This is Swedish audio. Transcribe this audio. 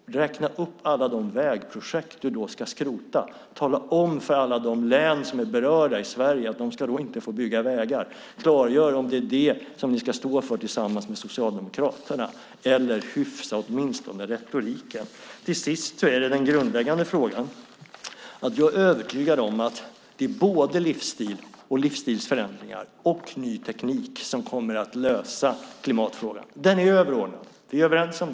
Räkna upp alla de vägprojekt du då ska skrota. Tala om för alla de län som är berörda att de inte ska få bygga vägar. Klargör i så fall att det är det ni tillsammans med Socialdemokraterna ska stå för. Hyfsa åtminstone till retoriken. Det grundläggande är till syvende och sist att jag är övertygad om att det är både livsstil, och livsstilsförändringar, och ny teknik som kommer att lösa klimatfrågan. Den är överordnad. Det är vi överens om.